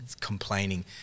complaining